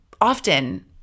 often